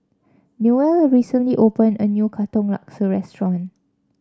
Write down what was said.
Newell recently opened a new Katong Laksa restaurant